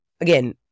Again